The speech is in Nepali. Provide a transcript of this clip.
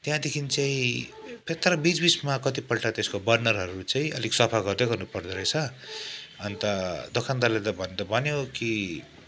त्यहाँदेखि चाहिँ तर बिचबिचमा कतिपल्ट त्यसको बर्नरहरू चाहिँ अलिक सफा गर्दै गर्नुपर्दो रहेछ अन्त दोकानदारले त भन्नु त भन्यो कि